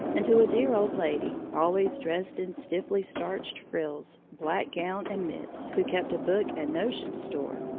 and to a dear old lady, always dressed in stiffly starched frills, black gown and mitts, who kept a book and notion store,